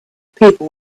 people